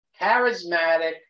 charismatic